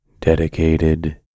dedicated